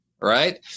right